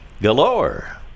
galore